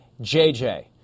JJ